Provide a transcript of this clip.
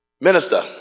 Minister